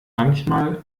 manchmal